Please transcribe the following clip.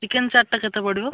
chicken ଚାଟ୍ଟା କେତେ ପଡ଼ିବ